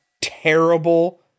Terrible